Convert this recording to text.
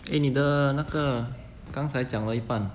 eh 你的那个刚才讲到一半